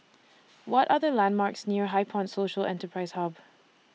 What Are The landmarks near HighPoint Social Enterprise Hub